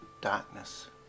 darkness